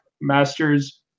Masters